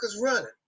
running